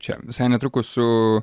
čia visai netrukus su